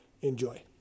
Enjoy